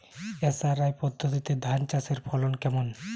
SRI পদ্ধতিতে ধান চাষের ফলন কেমন?